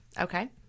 Okay